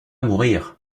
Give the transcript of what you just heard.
mourir